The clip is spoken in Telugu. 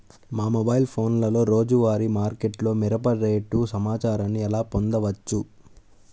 మా మొబైల్ ఫోన్లలో రోజువారీ మార్కెట్లో మిరప రేటు సమాచారాన్ని ఎలా పొందవచ్చు?